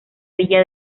villa